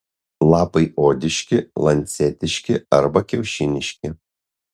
lapai odiški lancetiški arba kiaušiniški